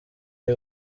ari